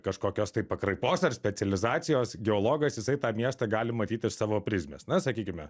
kažkokios tai pakraipos ar specializacijos geologas jisai tą miestą gali matyt iš savo prizmės na sakykime